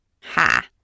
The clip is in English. Ha